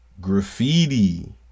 Graffiti